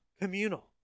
communal